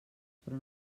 però